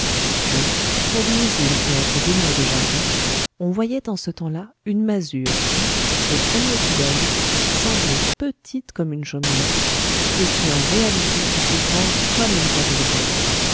là près d'une usine et entre deux murs de jardins on voyait en ce temps-là une masure qui au premier coup d'oeil semblait petite comme une chaumière et qui en réalité était grande comme une cathédrale